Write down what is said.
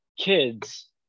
kids